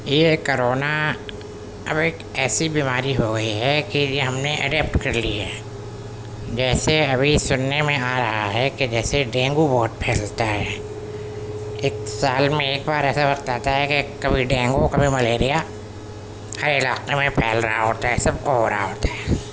یہ کرونا اب ایک ایسی بیماری ہو گئی ہے کہ یہ ہم نے اڈیپٹ کر لی ہے جیسے ابھی سننے میں آ رہا ہے کہ جیسے ڈینگو بہت پھیلتا ہے ایک سال میں ایک بار ایسا وقت آتا ہے کہ کبھی ڈینگو کبھی ملیریا ہر علاقے میں پھیل رہا ہوتا ہے سب کو ہو رہا ہوتا ہے